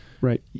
Right